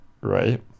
right